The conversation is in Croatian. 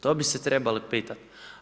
To bi se trebali pitati.